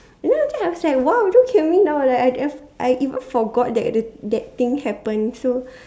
and then after that I was said !wow! don't kill me now leh I'd I even forgot that the that thing happened so